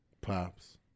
Pops